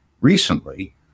recently